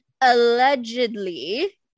allegedly